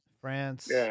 France